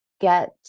get